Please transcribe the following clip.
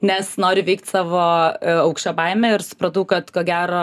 nes noriu įveikt savo aukščio baimę ir supratau kad ko gero